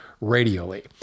radially